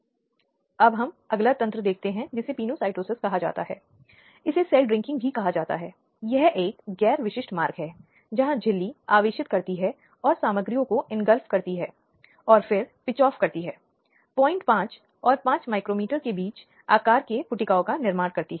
अब किसी भी मामले में पुलिस अधिकारी ऐसी जानकारी को रिकॉर्ड करने से इंकार कर देता है तो प्रक्रिया संबंधी कानून महिलाओं को उच्च अधिकार के लिए स्थानांतरित करने का अधिकार देता है इसलिए यह पुलिस अधीक्षक हो सकता है या शायद यह भी मजिस्ट्रेट जिस से वह संपर्क कर सकती है